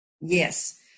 Yes